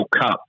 Cup